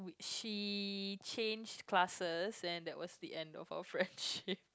she changed classes and that was the end of our friendship